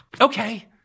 Okay